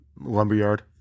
Lumberyard